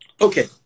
Okay